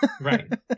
right